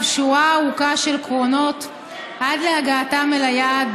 שורה ארוכה של קרונות עד להגעתם אל היעד,